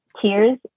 tears